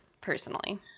personally